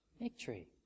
victory